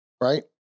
Right